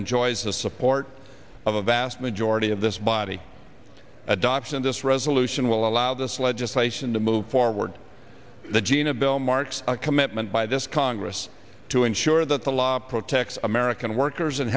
enjoys the support of a vast majority of this body adoption this resolution will allow this legislation to move forward the jena well marks a commitment by this congress to ensure that the law protects american workers